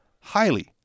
highly